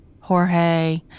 Jorge